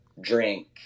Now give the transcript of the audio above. drink